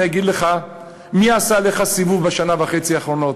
אני אגיד לך מי עשה עליך סיבוב בשנה וחצי האחרונות.